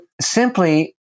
simply